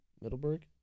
Middleburg